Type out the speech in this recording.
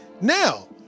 Now